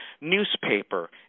Newspaper